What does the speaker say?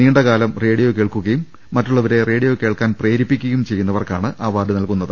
നീണ്ടകാലം radio കേൾക്കുകയും മറ്റുള്ളവരെ radio കേൾക്കാൻ പ്രേരിപ്പിക്കുകയും ചെയ്യുന്നവർക്കാണ് അവാർഡ് നകുന്നത്